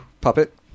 puppet